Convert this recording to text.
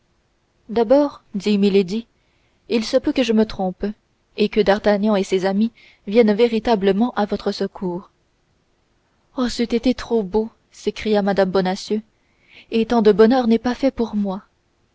d'abord dit milady il se peut que je me trompe et que d'artagnan et ses amis viennent véritablement à votre secours oh c'eût été trop beau s'écria mme bonacieux et tant de bonheur n'est pas fait pour moi